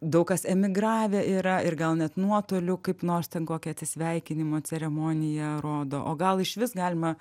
daug kas emigravę yra ir gal net nuotoliu kaip nors ten kokią atsisveikinimo ceremoniją rodo o gal išvis galima